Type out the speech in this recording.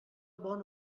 bon